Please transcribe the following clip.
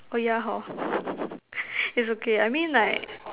oh yeah hor it's okay I mean like